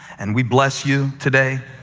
and we bless you today,